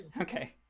okay